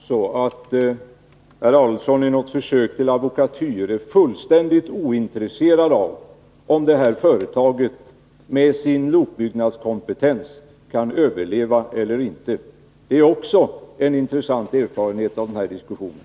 Herr talman! Jag konstaterar att herr Adelsohn i något försök till advokatyr är fullständigt ointresserad av om det här företaget med sin lokbyggnadskompentens kan överleva eller inte. Det är också en intressant erfarenhet av den här diskussionen.